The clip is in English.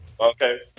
Okay